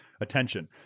attention